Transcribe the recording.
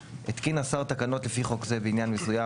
(ג) התקין השר תקנות לפי חוק זה בעניין מסוים,